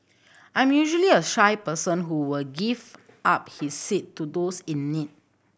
I'm usually a shy person who will give up his seat to those in need